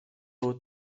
wonnym